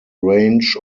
range